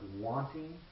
wanting